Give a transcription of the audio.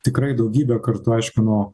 tikrai daugybę kartų aiškino